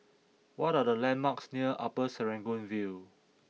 what are the landmarks near Upper Serangoon View